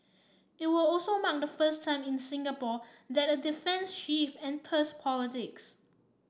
it will also mark the first time in Singapore that a defence chief enters politics